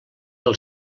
del